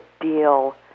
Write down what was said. deal